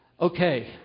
okay